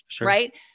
right